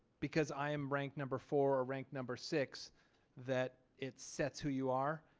because i am ranked number four ranked number six that it sets who you are.